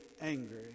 angry